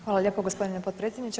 Hvala lijepo gospodine potpredsjedniče.